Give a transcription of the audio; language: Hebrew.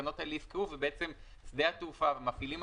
ולפי מה שאנחנו שומעים מחברות התעופה לא רק חברות התעופה הישראליות,